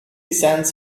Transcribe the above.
cents